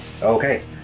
Okay